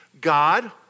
God